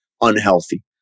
unhealthy